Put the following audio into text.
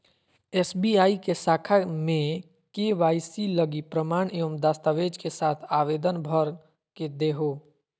SBI के शाखा में के.वाई.सी लगी प्रमाण एवं दस्तावेज़ के साथ आवेदन भर के देहो